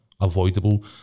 avoidable